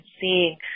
seeing